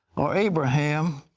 or abraham,